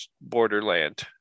borderland